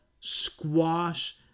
Squash